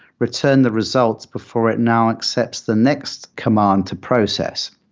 return the results before it now accepts the next command to process.